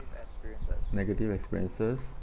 negative experiences